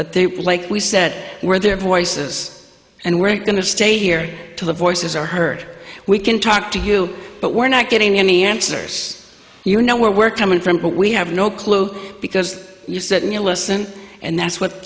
but they like we said we're their voices and we're going to stay here to the voices are heard we can talk to you but we're not getting any answers you know where we're coming from but we have no clue because you certainly alyson and that's what